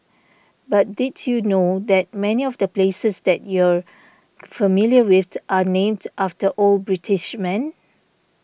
but did you know that many of the places that you're familiar with are named after old British men